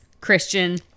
Christian